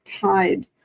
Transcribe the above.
tied